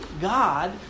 God